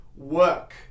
work